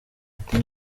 ati